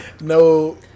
No